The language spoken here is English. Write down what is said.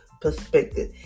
perspective